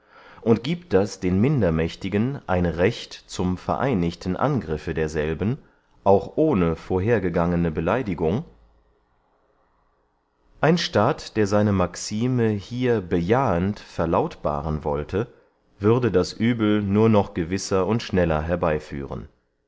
und giebt das der mindermächtigen ein recht zum vereinigten angriffe derselben auch ohne vorhergegangene beleidigung ein staat der seine maxime hier bejahend verlautbaren wollte würde das uebel nur noch gewisser und schneller herbeyführen